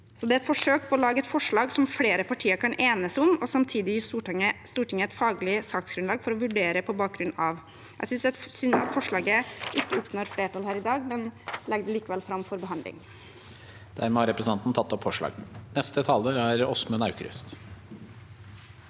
Det er et forsøk på å lage et forslag som flere partier kan enes om, og samtidig gi Stortinget et faglig saksgrunnlag til å vurdere på bakgrunn av. Jeg synes det er synd at forslaget ikke oppnår flertall her i dag, men legger det likevel fram for behandling. Presidenten Representanten Guri